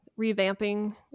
revamping